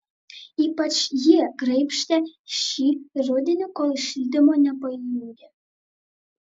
ypač jį graibstė šį rudenį kol šildymo nepajungė